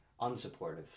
Unsupportive